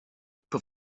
peu